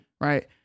right